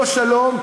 לא שלום,